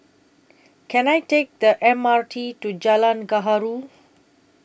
Can I Take The M R T to Jalan Gaharu